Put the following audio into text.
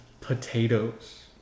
potatoes